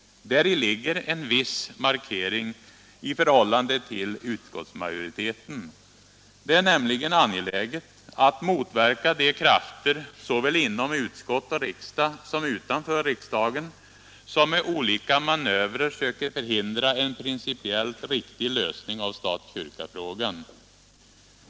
Däri ligger en viss markering i förhållande till utskottsmajoriteten. Det är nämligen angeläget att motverka de krafter — såväl inom utskott och riksdag som utanför riksdagen —- som med olika manövrer söker förhindra en principiellt riktig lösning av stat-kyrka-frågan.